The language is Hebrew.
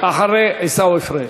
אחרי עיסאווי פריג'.